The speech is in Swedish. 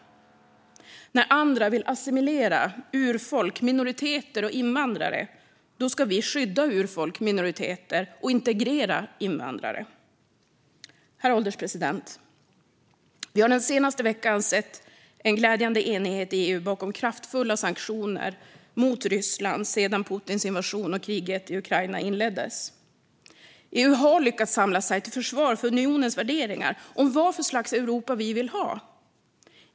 När andra vill assimilera urfolk, minoriteter och invandrare ska vi skydda urfolk och minoriteter och integrera invandrare. Herr ålderspresident! Vi har den senaste veckan sett en glädjande enighet i EU bakom kraftfulla sanktioner mot Ryssland sedan Putins invasion och kriget i Ukraina inleddes. EU har lyckats samla sig till försvar för unionens värderingar om vad för slags Europa vi vill ha.